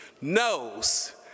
knows